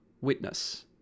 witness